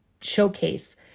showcase